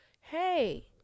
hey